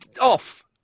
off